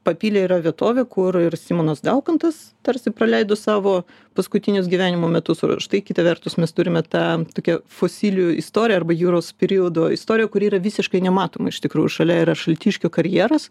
papilė yra vietovė kur ir simonas daukantas tarsi praleido savo paskutinius gyvenimo metus o štai kita vertus mes turime tą tokią fosilijų istoriją arba juros periodo istorija kuri yra visiškai nematoma iš tikrųjų šalia yra šaltiškių karjeros